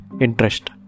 Interest